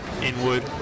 Inwood